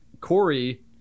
corey